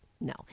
No